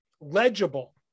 legible